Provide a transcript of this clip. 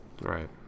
Right